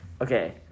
Okay